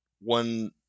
one